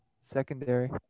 secondary